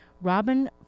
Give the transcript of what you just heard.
Robin